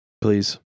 please